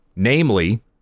Namely